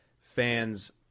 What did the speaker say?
fans